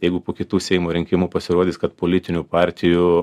jeigu po kitų seimo rinkimų pasirodys kad politinių partijų